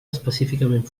específicament